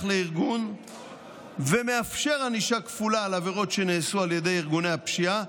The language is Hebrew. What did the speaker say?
לארגון ומאפשר ענישה כפולה על העבירות שנעשו על ידי ארגוני הפשיעה.